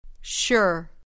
Sure